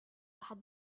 had